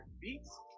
beats